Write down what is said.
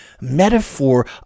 metaphor